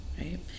right